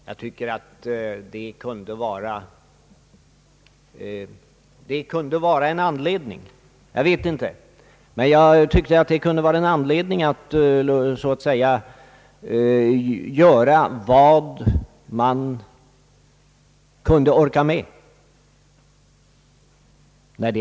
Jag tycker att detta borde vara fullgod anledning att göra allt vad man orkar med när det gäller att ställa medel till förfogande för dessa ändamål.